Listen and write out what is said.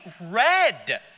red